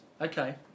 Okay